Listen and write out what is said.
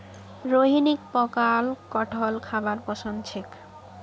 रोहिणीक पकाल कठहल खाबार पसंद छेक